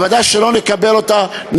ודאי שלא נקבל אותה,